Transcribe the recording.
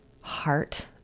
heart